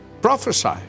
prophesy